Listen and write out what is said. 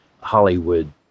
Hollywood